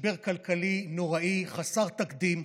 משבר כלכלי נוראי, חסר תקדים,